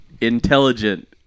intelligent